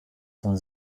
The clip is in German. von